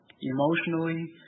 Emotionally